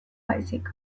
baizik